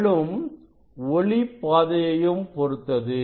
மேலும் ஒளி பாதையையும் பொருத்தது